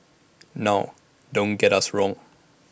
now don't get us wrong